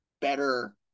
better